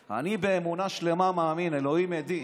באמונה שלמה אני מאמין, אלוהים עדי,